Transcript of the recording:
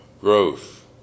growth